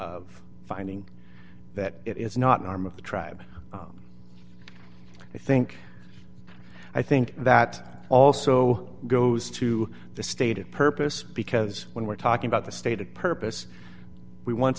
of finding that it is not an arm of the tribe i think i think that also goes to the stated purpose because when we're talking about the stated purpose we once